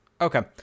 Okay